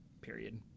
period